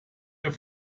der